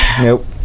nope